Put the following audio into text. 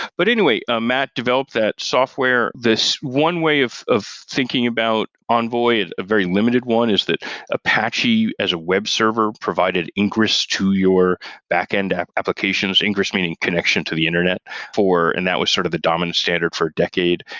but anyway, ah matt developed that software. the one way of of thinking about envoy, a very limited one, is that apache as a web server provided ingress to your backend applications. ingress, meaning connection to the internet for and that was sort of the dominant standard for a decade.